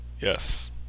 Yes